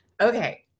okay